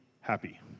happy